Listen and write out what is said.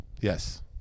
Yes